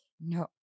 No